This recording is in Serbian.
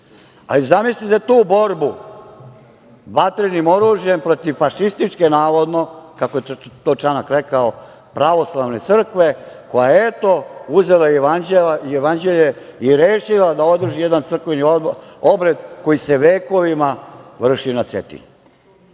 Zamislite tu borbu vatrenim oružjem oružjem protiv fašističke, navodno, kako je to Čanak rekao, pravoslavne crkve koja je, eto, uzela jevanđelje i rešila da održi jedan crkveni obred koji se vekovima vrši na Cetinju.